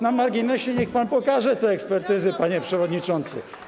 Na marginesie: niech pan pokaże te ekspertyzy, panie przewodniczący.